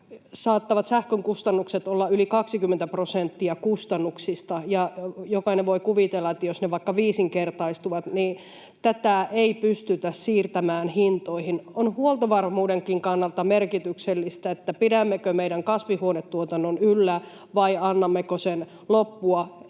saattavat sähkön kustannukset olla yli 20 prosenttia kustannuksista, ja jokainen voi kuvitella, että jos ne vaikka viisinkertaistuvat, niin tätä ei pystytä siirtämään hintoihin. On huoltovarmuudenkin kannalta merkityksellistä, pidämmekö meidän kasvihuonetuotannon yllä vai annammeko sen loppua,